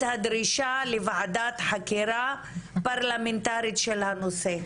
הדרישה לוועדת חקירה פרלמנטרית של הנושא,